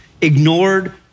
ignored